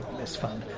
miss funn,